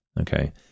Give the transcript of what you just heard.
okay